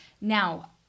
Now